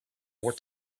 more